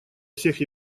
всех